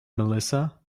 melissa